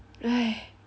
!hais!